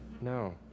No